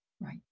right